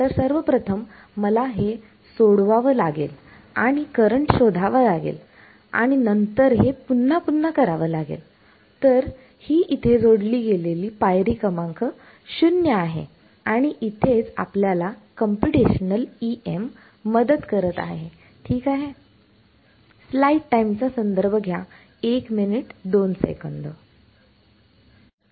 तर सर्वप्रथम मला हे सोडवावं लागेल आणि करंट शोधावा लागेल नंतर हे पुन्हापुन्हा करावं लागेल तर ही इथे जोडली गेलेली पायरी क्रमांक 0 आहे आणि इथेच आपल्याला कंप्यूटेशनल EM मदत करत आहे ठीक आहे